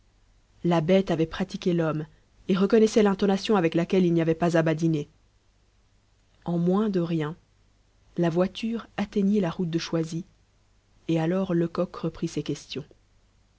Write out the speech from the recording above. la bête avait pratiqué l'homme et reconnaissait l'intonation avec laquelle il n'y avait pas à badiner en moins de rien la voiture atteignit la route de choisy et alors lecoq reprit ses questions